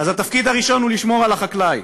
התפקיד הראשון הוא לשמור על החקלאי,